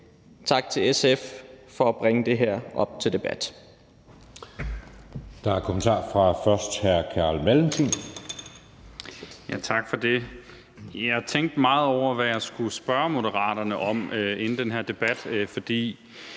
tak til SF for at bringe det her op til debat.